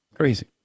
Crazy